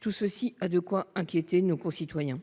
Tout cela a de quoi inquiéter nos concitoyens.